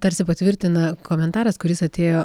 tarsi patvirtina komentaras kuris atėjo